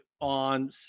on